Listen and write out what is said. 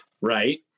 right